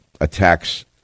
attacks